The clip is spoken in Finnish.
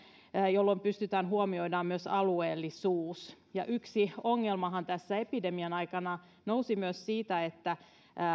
jolloin pystytään huomioimaan myös alueellisuus yksi ongelmahan tässä epidemian aikana nousi myös siitä että